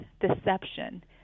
deception